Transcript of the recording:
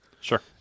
Sure